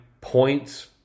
points